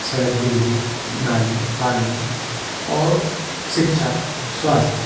सड़क बिजली नाली पानी और शिक्षा स्वास्थ्य